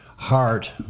HEART